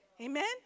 Amen